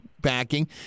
backing